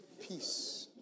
peace